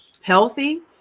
healthy